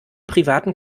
privaten